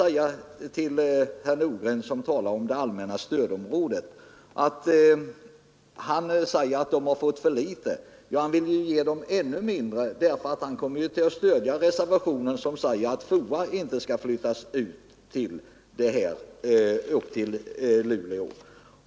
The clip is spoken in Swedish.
Sedan talade herr Nordgren om allmänna stödområdet och sade att man där har fått för litet. Men han vill ju ge orterna där ännu mindre, eftersom han naturligtvis kommer att stödja den reservation i vilken föreslås att FOA inte skall flyttas upp till Luleå.